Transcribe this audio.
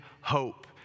hope